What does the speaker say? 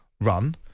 run